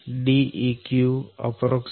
DeqApprox